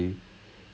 mm